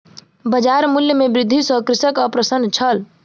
बजार मूल्य में वृद्धि सॅ कृषक अप्रसन्न छल